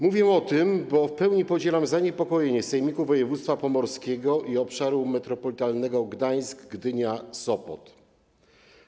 Mówię o tym, bo w pełni podzielam zaniepokojenie sejmiku województwa pomorskiego i obszaru metropolitalnego Gdańsk - Gdynia - Sopot.